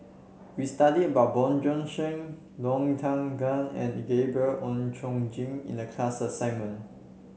we studied about Bjorn Shen Low Thia Khiang and Gabriel Oon Chong Jin in the class assignment